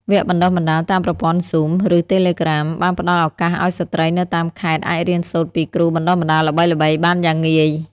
វគ្គបណ្តុះបណ្តាលតាមប្រព័ន្ធ Zoom ឬតេឡេក្រាម បានផ្ដល់ឱកាសឱ្យស្ត្រីនៅតាមខេត្តអាចរៀនសូត្រពីគ្រូបណ្ដុះបណ្ដាលល្បីៗបានយ៉ាងងាយ។